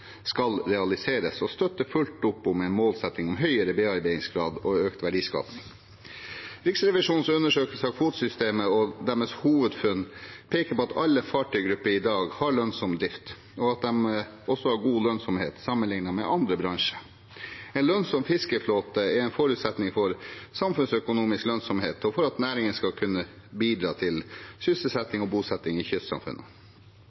skal realiseres, og støtter fullt opp om en målsetting om høyere bearbeidingsgrad og økt verdiskaping. Riksrevisjonens undersøkelse av kvotesystemet og deres hovedfunn peker på at alle fartøygrupper i dag har lønnsom drift, og at de også har god lønnsomhet sammenlignet med andre bransjer. En lønnsom fiskeflåte er en forutsetning for samfunnsøkonomisk lønnsomhet og for at næringen skal kunne bidra til